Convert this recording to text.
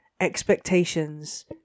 expectations